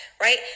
right